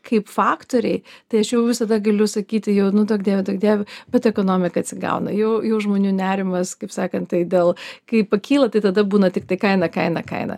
kaip faktoriai tai aš jau visada galiu sakyti jau nu duok dieve duok dieve bet ekonomika atsigauna jau jau žmonių nerimas kaip sakant tai dėl kai pakyla tai tada būna tiktai kaina kaina kaina